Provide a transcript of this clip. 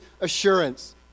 assurance